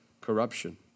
corruption